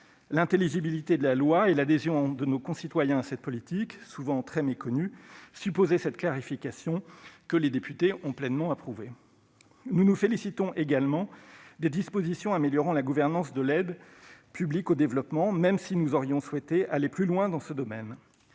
L'intelligibilité de la loi et l'adhésion de nos concitoyens à cette politique souvent très méconnue supposaient cette clarification, que les députés ont pleinement approuvée. Nous nous félicitons également des dispositions améliorant la gouvernance de l'aide publique au développement, même si nous aurions souhaité aller plus loin dans ce domaine.